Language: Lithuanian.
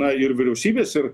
na ir vyriausybės ir